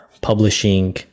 publishing